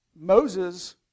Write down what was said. Moses